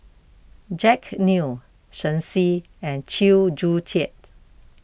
Jack Neo Shen Xi and Chew Joo Chiat